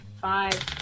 five